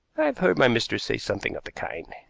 i've heard my mistress say something of the kind.